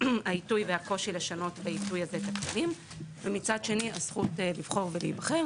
העיתוי והקושי לשנות בעיתוי הזה הכללים ומצד שני הזכות לבחור ולהיבחר,